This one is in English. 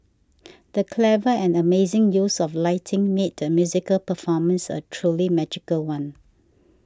the clever and amazing use of lighting made the musical performance a truly magical one